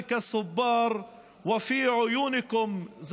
ואני אומר לכם: